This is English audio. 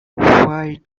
why